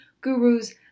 gurus